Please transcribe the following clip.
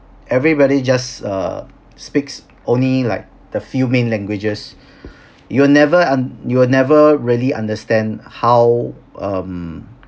everybody just uh speaks only like the few main languages you'll never un~ you will never really understand how um